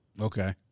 Okay